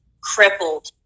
crippled